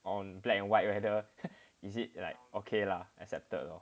on black and white rather is it like okay lah accepted lor